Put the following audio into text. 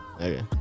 okay